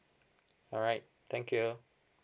alright thank you